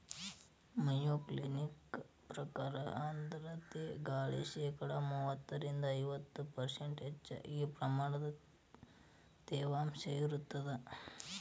Mayo Clinic ಪ್ರಕಾರ ಆರ್ಧ್ರತೆ ಗಾಳಿ ಶೇಕಡಾ ಮೂವತ್ತರಿಂದ ಐವತ್ತು ಪರ್ಷ್ಂಟ್ ಹೆಚ್ಚಗಿ ಪ್ರಮಾಣದ ತೇವಾಂಶ ಇರತ್ತದ